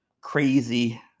crazy